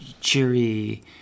cheery